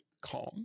calm